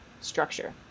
structure